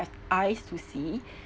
have eyes to see